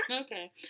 Okay